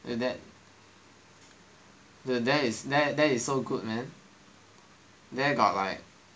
the ther~ there is so good man there got like